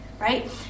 right